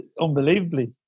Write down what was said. unbelievably